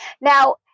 Now